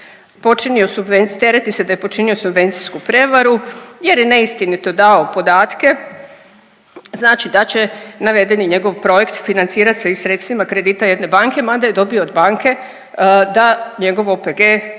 počinio subvencijsku prevaru jer je neistinito dao podatke znači da će navedeni njegov projekt financirat se i sredstvima kredita jedne banke mada je dobio od banke da njegov OPG ne